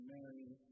Mary